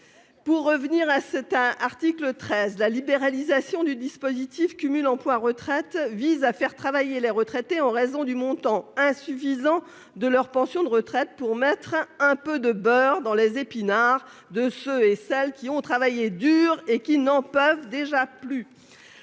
Je reviens à l'article 13. La libéralisation du dispositif cumul emploi-retraite vise à faire travailler les retraités ayant une pension de retraite insuffisante. Le but affiché est de mettre un peu de beurre dans les épinards de ceux et celles qui ont travaillé dur et qui n'en peuvent déjà plus.